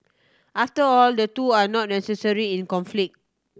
after all the two are not necessary in conflict